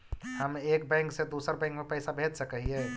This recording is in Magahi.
हम एक बैंक से दुसर बैंक में पैसा भेज सक हिय?